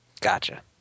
Gotcha